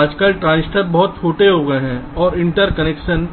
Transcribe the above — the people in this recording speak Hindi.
आजकल ट्रांजिस्टर बहुत छोटे हो गए हैं और इंटरकनेक्शन